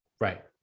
Right